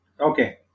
Okay